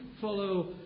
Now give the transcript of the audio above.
follow